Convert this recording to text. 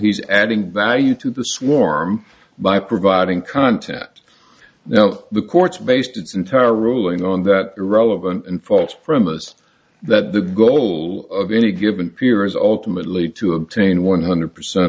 he's adding value to the swarm by providing content that now the courts based its entire ruling on that irrelevant and false premises that the goal of any given peer as ultimately to obtain one hundred percent